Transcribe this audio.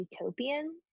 utopian